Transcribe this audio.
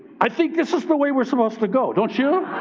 i think this is the way we're supposed to go, don't you?